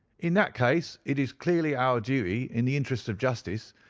in that case it is clearly our duty, in the interests of justice,